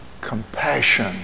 compassion